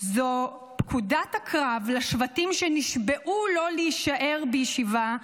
זו פקודת הקרב לשבטים שנשבעו לא להישאר בישיבה,